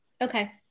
Okay